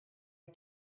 are